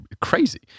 crazy